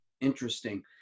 interesting